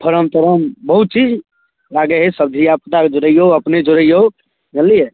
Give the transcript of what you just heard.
farm तार्म बहुत चीज लागै हइ सब धिआपुताके जोड़ैऔ अपने जोड़ैऔ जनलिए